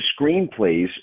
screenplays